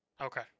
Okay